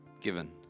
given